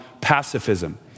pacifism